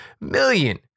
million